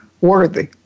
worthy